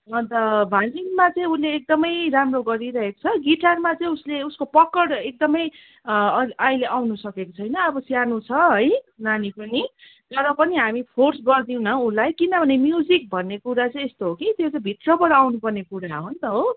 अन्त भायोलिनमा चाहिँ उसले एकदमै राम्रो गरिरहेको छ गिटारमा चाहिँ उसले उसको पकड एकदमै आ अहिले आउनसकेको छैन अब सानो छ है नानी पनि तर पनि हामी फोर्स गर्दैनौँ उसलाई किनभने म्युजिक भन्ने कुरा चाहिँ यस्तो हो कि त्यो चाहिँ भित्रबाट आउनुपर्ने कुरा हो नि त हो